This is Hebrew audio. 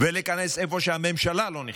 ולהיכנס איפה שהממשלה לא נכנסה.